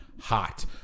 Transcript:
hot